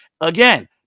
Again